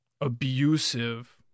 abusive